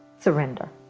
surrender.